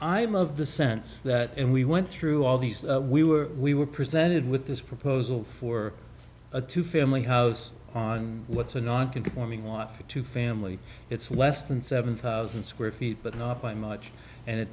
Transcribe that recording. i'm of the sense that and we went through all these we were we were presented with this proposal for a two family house on what's a non conforming want for two family it's less than seven thousand square feet but not by much and it